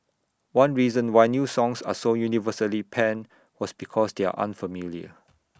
one reason why new songs are so universally panned was because they are unfamiliar